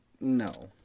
No